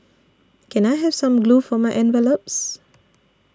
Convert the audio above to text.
can I have some glue for my envelopes